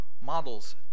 models